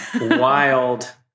wild